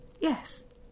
Yes